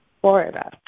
Florida